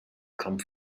come